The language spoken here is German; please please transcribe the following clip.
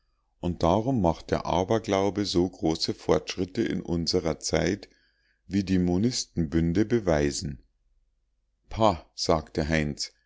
und darum macht der aberglaube so große fortschritte in unserer zeit wie die monistenbünde beweisen pah sagte heinz